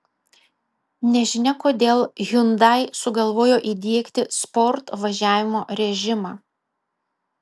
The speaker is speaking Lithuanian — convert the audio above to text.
nežinia kodėl hyundai sugalvojo įdiegti sport važiavimo režimą